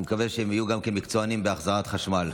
אני מקווה שהם יהיו מקצוענים גם בהחזרת חשמל.